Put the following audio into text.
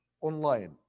online